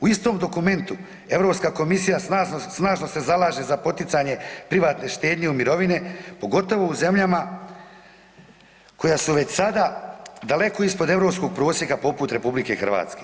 U istom dokumentu, Europska komisija snažno se zalaže za poticanje privatne štednje u mirovine pogotovo u zemljama koja su već sada daleko ispod europskog prosjeka poput RH.